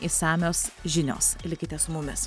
išsamios žinios likite su mumis